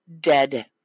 dead